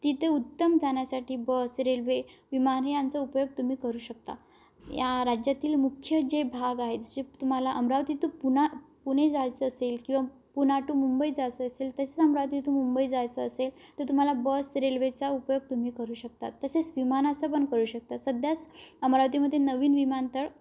तिथे उत्तम जाण्यासाठी बस रेल्वे विमान यांचा उपयोग तुम्ही करू शकता या राज्यातील मुख्य जे भाग आहे जसे तुम्हाला अमरावती टू पुना पुणे जायचं असेल किंवा पुना टू मुंबई जायचं असेल तसेच अमरावतीतून मुंबई जायचं असेल तर तुम्हाला बस रेल्वेचा उपयोग तुम्ही करू शकता तसेच विमानाचा पण करू शकता सध्याच अमरावतीमध्येे नवीन विमानतळ